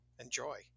enjoy